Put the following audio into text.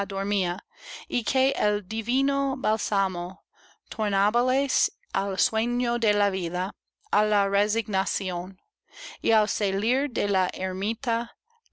y que el divino bálsamo tornábales al sueño de la vida á la resignación y al salir de la ermita